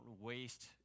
waste